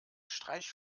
streich